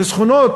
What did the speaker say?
חסכונות